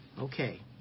Okay